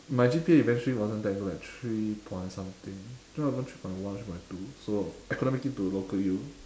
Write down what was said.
my G_P_A eventually wasn't that good at three point something not even three point one three point two so I couldn't make it to local U